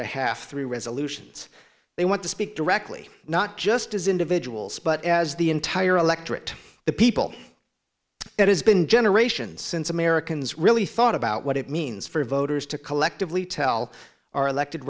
behalf three resolutions they want to speak directly not just as individuals but as the entire electorate the people it has been generations since americans really thought about what it means for voters to collectively tell our elected